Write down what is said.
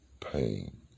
pain